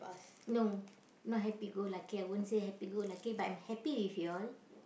no not happy go lucky I won't say happy go lucky but I'm happy with you all